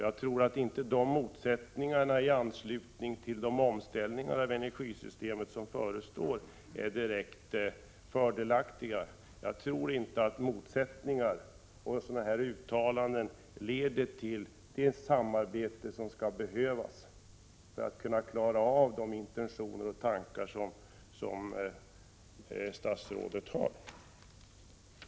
Jag tror inte att motsättningar i anslutning till de omställningar av energisystemet som förestår är direkt fördelaktiga. Jag tror inte att motsättningar och sådana här uttalanden leder till det samarbete som behövs för att förverkliga de intentioner och tankar som statsrådet har.